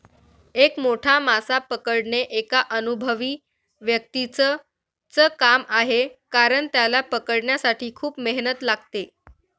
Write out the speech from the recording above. एक मोठा मासा पकडणे एका अनुभवी व्यक्तीच च काम आहे कारण, त्याला पकडण्यासाठी खूप मेहनत लागते